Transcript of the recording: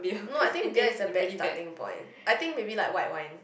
no I think beer is a bad starting point I think maybe like white wine